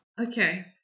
okay